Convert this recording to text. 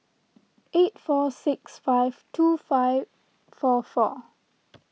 eight four six five two five four four